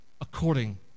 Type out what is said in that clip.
according